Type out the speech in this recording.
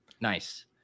nice